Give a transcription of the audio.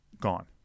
gone